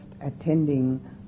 attending